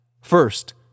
First